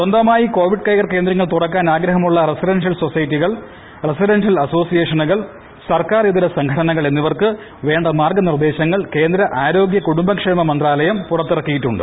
സ്വന്തമായി covid care കേന്ദ്രങ്ങൾ തുറക്കാൻ ആഗ്രഹമുള്ള റസിഡൻഷ്യൽ സൊസൈറ്റികൾ റസിഡൻഷ്യൽ അസോസിയേഷനുകൾ സർക്കാർ ഇതര സംഘടനകൾ എന്നിവർക്ക് വേണ്ട മാർഗ നിർദേശങ്ങൾ കേന്ദ്ര ആരോഗൃകുടുംബക്ഷേമ മന്ത്രാലയം പുറത്തിറക്കിയിട്ടുണ്ട്